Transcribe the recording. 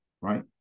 Right